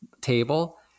table